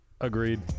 agreed